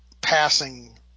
passing